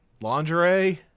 lingerie